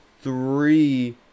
three